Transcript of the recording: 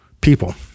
people